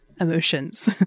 emotions